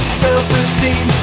self-esteem